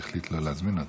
והחליט לא להזמין אותו.